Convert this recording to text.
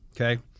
Okay